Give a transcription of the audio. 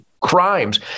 crimes